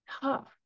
tough